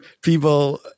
people